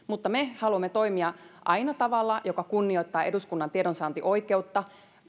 mutta me haluamme toimia aina tavalla joka kunnioittaa eduskunnan tiedonsaantioikeutta